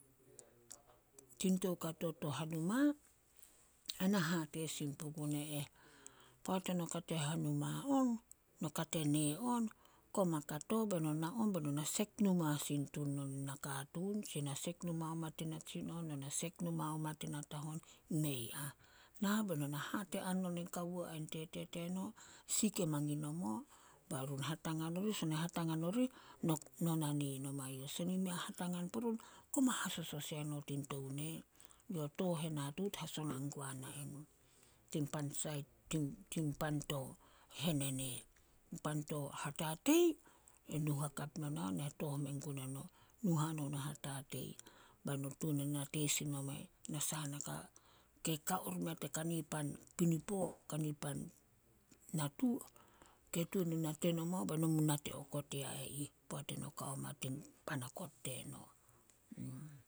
Tin toukato to hanuma, ena hate sin pugun e eh. Poat eno kate hanuma on, no kate nee on, koma kato beno na on be no na sek numa sin tun non nakatuun. Tsi na sek numa oma tin natsinon nona sek numa oma tin natahon, mei ah. Nah beno na hate hanon nin kawo ain tete teno, sih ke mangin nomo bae run hatangan orih. Son e hatangan orih, no- no na nee nomai youh. Son i mei a hatangan purun, koma hasosos eno tein tou nee. Yo tooh henatuut hasona guanai no. Tin pan sait tin pan to henene. Tin pan to hatatei, e nu hakap nonao, ne tooh mengun eno, nu hanon o hatatei bae no tuan e nate sin nomai na sahanaka ke kao rimea tei kani pan pinipo, kani pan natu ke tuan e nate nomo beno mu nate okot ya e ih poat eno kao ma tein pan okot teno.